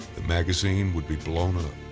the magazine would be blown up,